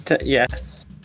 yes